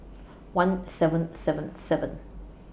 one seven seven seven